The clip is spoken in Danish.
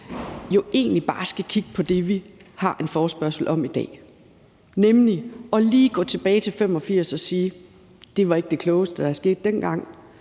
jo egentlig bare skal kigge på det, vi har en forespørgsel om i dag, og lige gå tilbage til 1985 og sige: Det var ikke det klogeste, der skete dengang,